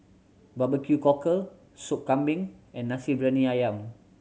Barbecue cockle Sop Kambing and Nasi Briyani Ayam